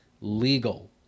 legal